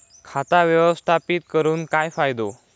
खाता व्यवस्थापित करून काय फायदो?